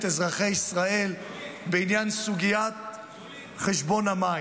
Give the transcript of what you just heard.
אזרחי ישראל בעניין סוגיית חשבון המים.